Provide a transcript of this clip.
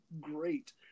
great